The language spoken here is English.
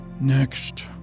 Next